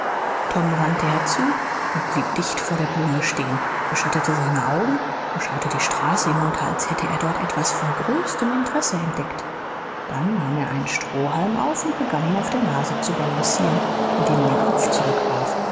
tom rannte herzu und blieb dicht vor der blume stehen beschattete seine augen und schaute die straße hinunter als hätte er dort etwas von größtem interesse entdeckt dann nahm er einen strohhalm auf und begann ihn auf der nase zu balancieren indem er den kopf zurückwarf